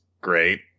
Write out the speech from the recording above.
great